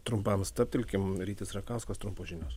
trumpam stabtelkim rytis rakauskas trumpos žinios